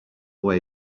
way